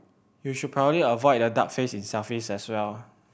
you should probably avoid the duck face in selfies as well